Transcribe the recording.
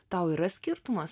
tau yra skirtumas